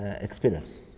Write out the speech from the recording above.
experience